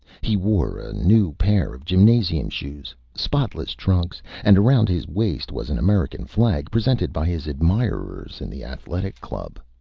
he wore a new pair of gymnasium shoes, spotless trunks, and around his waist was an american flag, presented by his admirers in the athletic club.